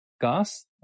gas